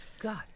God